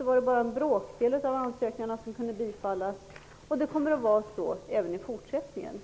att bara en bråkdel av ansökningarna tidigare kunde bifallas? Jag är övertygad om att det är välbekant, och det kommer att vara så även i fortsättningen.